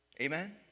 Amen